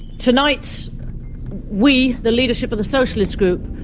tonight we, the leadership of the socialist group,